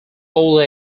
old